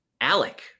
Alec